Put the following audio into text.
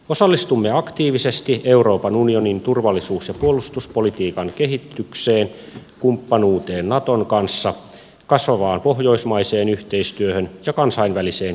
osallistumme aktiivisesti euroopan unionin turvallisuus ja puolustuspolitiikan kehitykseen kumppanuuteen naton kanssa kasvavaan pohjoismaiseen yhteistyöhön ja kansainväliseen kriisinhal lintaan